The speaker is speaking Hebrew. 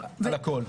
היית תומך בו אבל.